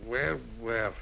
where where